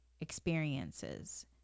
experiences